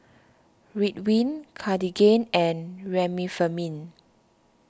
Ridwind Cartigain and Remifemin